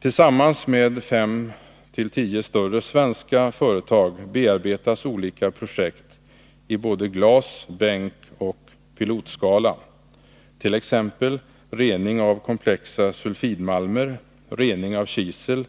Tillsammans med 5—-10 större svenska företag bearbetas olika projekt i både glas-, bänkoch pilotskala, t.ex. rening av komplexa sulfidmalmer, rening av kisel